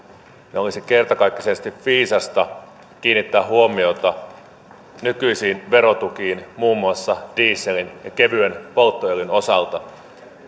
niin olisi kertakaikkisesti viisasta kiinnittää huomiota nykyisiin verotukiin muun muassa dieselin ja kevyen polttoöljyn osalta